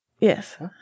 Yes